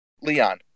Leon